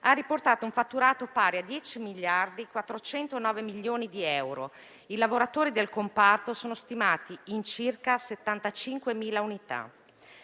ha riportato un fatturato pari a 10.409 milioni di euro. I lavoratori del comparto sono stimati in circa 75.000 unità.